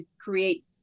create